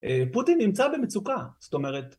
פוטין נמצא במצוקה, זאת אומרת...